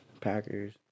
Packers